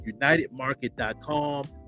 unitedmarket.com